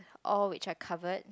oh which I covered